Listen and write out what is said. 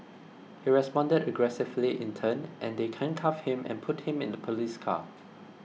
he responded aggressively in turn and they handcuffed him and put him in the police car